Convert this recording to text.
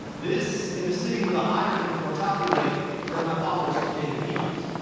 this, in a city with a higher infant mortality rate than my father's native egypt,